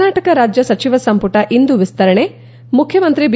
ಕರ್ನಾಟಕ ರಾಜ್ಯ ಸಚಿವ ಸಂಪುಟ ಇಂದು ವಿಸ್ತರಣೆ ಮುಖ್ಯಮಂತ್ರಿ ಬಿ